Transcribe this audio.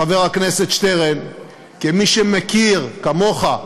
חבר הכנסת שטרן, כמי שמכיר, כמוך,